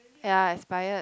ya expired